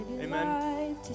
Amen